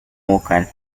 vocal